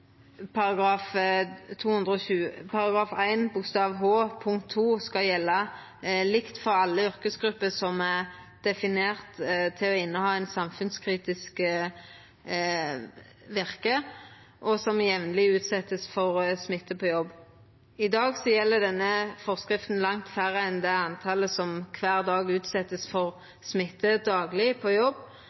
220 § 1 H punkt 2 skal gjelda likt for alle yrkesgrupper som er definerte til å ha eit samfunnskritisk virke, og som jamleg vert utsette for smitte på jobb. I dag gjeld denne forskrifta langt færre enn det talet som kvar dag vert utsette for smitte på jobb.